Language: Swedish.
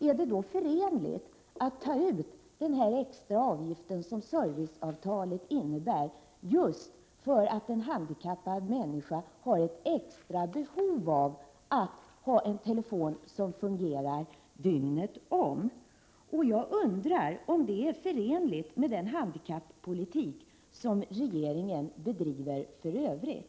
Är detta förenligt med att ta ut den extra avgift som serviceavtalet innebär, just för att en handikappad människa har ett extra behov av att ha en telefon som fungerar dygnet om? Är det förenligt med den handikappolitik som regeringen bedriver för övrigt?